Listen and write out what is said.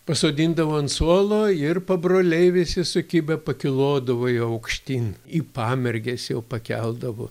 pasodindavo ant suolo ir pabroliai visi sukibę pakilodavo jau aukštyn į pamerges jau pakeldavo